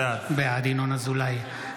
בעד ינון אזולאי,